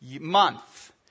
month